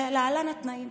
ולהלן התנאים: